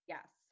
Yes